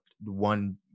one